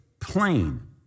plain